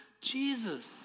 Jesus